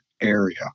area